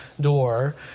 door